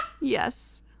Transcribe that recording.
Yes